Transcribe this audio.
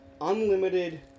unlimited